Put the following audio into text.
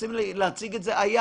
מנסים להציג את זה כ"היה,